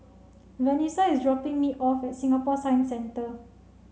Vanessa is dropping me off at Singapore Science Centre